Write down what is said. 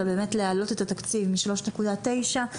אלא באמת להעלות את התקציב הנוכחי שעומד על כ-3.9 מיליון ₪